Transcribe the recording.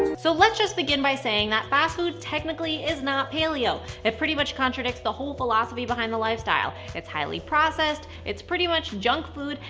so let's just begin by saying that fast food technically is not paleo. it pretty much contradicts the whole philosophy behind the lifestyle. it's highly processed, it's pretty much junk food,